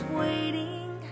waiting